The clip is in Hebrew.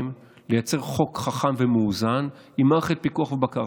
לייצר חוק חכם ומאוזן עם מערכת פיקוח ובקרה.